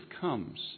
comes